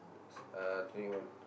uh twenty one